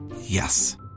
Yes